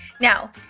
Now